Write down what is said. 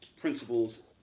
principles